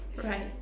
right